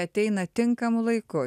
ateina tinkamu laiku